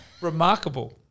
remarkable